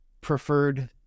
preferred